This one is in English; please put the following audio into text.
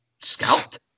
scalped